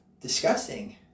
disgusting